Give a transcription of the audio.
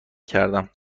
کردم